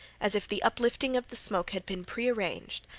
as if the uplifting of the smoke had been prearranged,